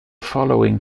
following